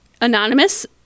Anonymous